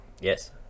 Yes